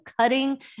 cutting